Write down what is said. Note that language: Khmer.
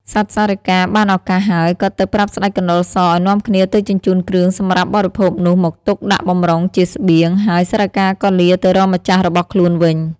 សត្វសារិកា បានឱកាសហើយ ក៏ទៅប្រាប់ស្ដេចកណ្ដុរសឲ្យនាំគ្នាទៅជញ្ជូនគ្រឿងសម្រាប់បរិភោគនោះ មក ទុកដាក់បម្រុងជាស្បៀង ហើយសារិកាក៏លាទៅរកម្ចាស់របស់ខ្លួនវិញ ។